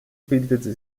bildete